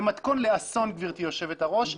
זה מתכון לאסון, גברתי היושבת ראש.